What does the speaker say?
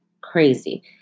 crazy